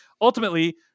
ultimately